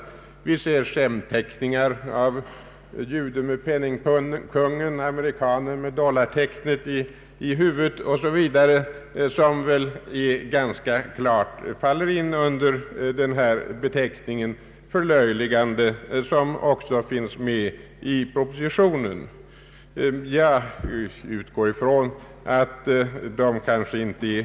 Vi kan få se skämtteckningar som visar juden med penningpungen, amerikanen med dollartecknet i hatten m.fl. figurer, något som väl ganska klart faller under beteckningen förlöjligande, som också finns med i propositionen. Jag utgår ifrån att sådana här fall inte avses.